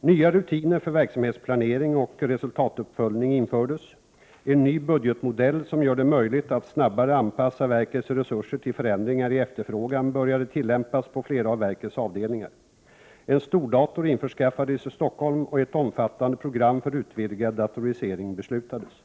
Nya rutiner för verksamhetsplanering och resultatuppföljning infördes. En ny budgetmodell som gör det möjligt att snabbare anpassa verkets resurser till förändringar i efterfrågan började tillämpas på flera av verkets avdelningar. En stordator införskaffades i Stockholm, och ett omfattande program för utvidgad datorisering beslutades.